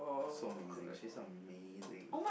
so amazing she's amazing